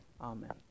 Amen